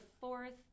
fourth